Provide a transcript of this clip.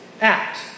act